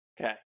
Okay